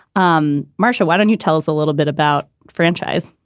um marcia, why don't you tell us a little bit about franchise?